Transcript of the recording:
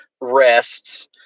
rests